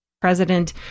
president